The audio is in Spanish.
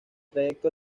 trayecto